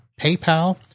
PayPal